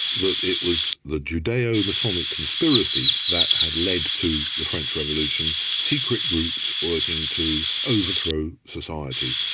that it was the judaeo-masonic conspiracy that had led to the french revolution, secret groups working to overthrow society.